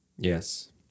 Yes